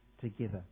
together